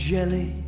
Jelly